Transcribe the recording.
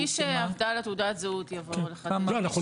מי שאבדה לו תעודת זהות יבוא לחדש.